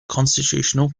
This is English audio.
constitutional